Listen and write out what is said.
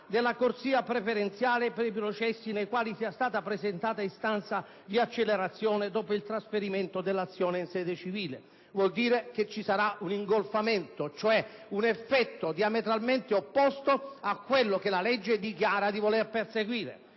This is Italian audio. della corsia preferenziale per i processi nei quali sia stata presentata istanza di accelerazione dopo il trasferimento dell'azione in sede civile». Vuol dire che ci sarà un ingolfamento, cioè un effetto diametralmente opposto a quello che la legge dichiara di volere perseguire.